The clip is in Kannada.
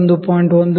13 ಮಿ